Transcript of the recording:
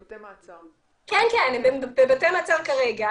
כן, הם בבתי מעצר כרגע.